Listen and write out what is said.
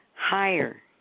higher